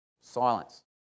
Silence